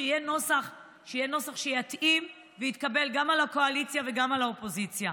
שיהיה נוסח שיתאים ויתקבל גם על הקואליציה וגם על האופוזיציה.